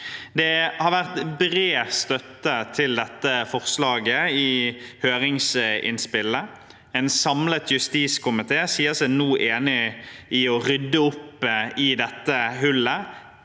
Det har vært bred støtte til dette forslaget i høringsinnspillene. En samlet justiskomité sier seg nå enig i å rydde opp i dette hullet,